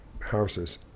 houses